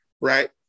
Right